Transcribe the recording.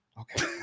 Okay